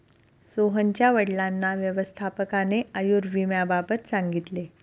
सोहनच्या वडिलांना व्यवस्थापकाने आयुर्विम्याबाबत सांगितले